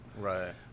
Right